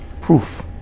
Proof